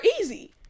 easy